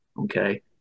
Okay